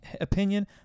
opinion